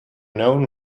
known